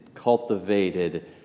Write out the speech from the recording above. cultivated